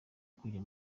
ukujya